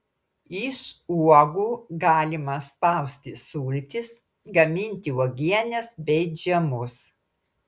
iš uogų galima spausti sultis gaminti uogienes bei džemus